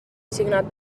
signat